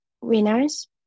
winners